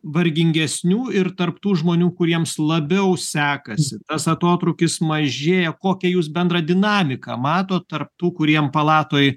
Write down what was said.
vargingesnių ir tarp tų žmonių kuriems labiau sekasi tas atotrūkis mažėja kokią jūs bendrą dinamiką matot tarp tų kuriem palatoj